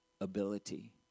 ability